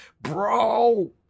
Bro